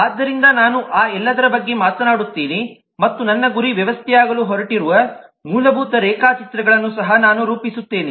ಆದ್ದರಿಂದ ನಾನು ಆ ಎಲ್ಲದರ ಬಗ್ಗೆ ಮಾತನಾಡುತ್ತೇನೆ ಮತ್ತು ನನ್ನ ಗುರಿ ವ್ಯವಸ್ಥೆಯಾಗಲು ಹೊರಟಿರುವ ಮೂಲಭೂತ ರೇಖಾಚಿತ್ರಗಳನ್ನು ಸಹ ನಾನು ರೂಪಿಸುತ್ತೇನೆ